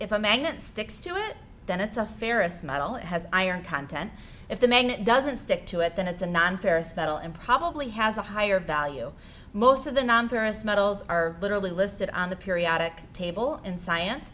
if a magnet sticks to it then it's a ferris model it has iron content if the magnet doesn't stick to it then it's a non ferrous metals and probably has a higher value most of the non ferrous metals are literally listed on the periodic table in science